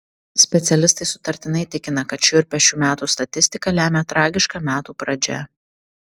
specialistai sutartinai tikina kad šiurpią šių metų statistiką lemia tragiška metų pradžia